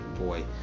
boy